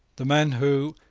the men who,